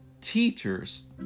teachers